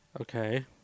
okay